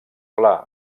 pla